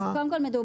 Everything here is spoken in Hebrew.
אז קודם כל,